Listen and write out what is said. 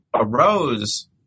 arose